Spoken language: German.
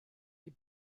die